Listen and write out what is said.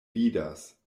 vidas